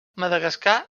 madagascar